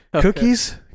Cookies